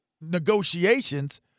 negotiations